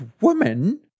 woman